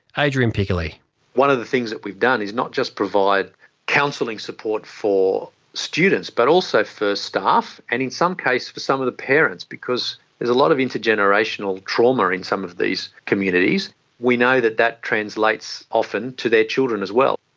adrian piccoli one of the things that we've done is not just provide counselling support for students but also for staff and in some cases for some of the parents, because there's a lot of intergenerational trauma in some of these communities and we know that that translates often to their children as well.